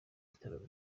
igitaramo